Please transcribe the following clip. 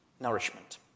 nourishment